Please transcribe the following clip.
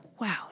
wow